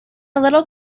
little